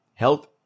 Health